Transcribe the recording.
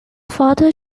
father